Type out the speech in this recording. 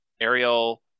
Ariel